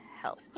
help